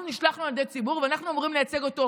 אנחנו נשלחנו על ידי ציבור ואנחנו אמורים לייצג אותו,